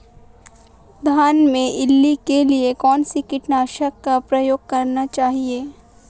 धान में इल्ली रोकने के लिए कौनसे कीटनाशक का प्रयोग करना चाहिए?